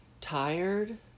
tired